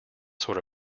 sort